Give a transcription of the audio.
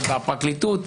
ובפרקליטות,